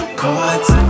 cards